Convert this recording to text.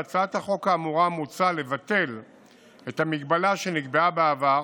בהצעת החוק האמורה מוצע לבטל את ההגבלה שנקבעה בעבר,